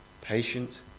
patient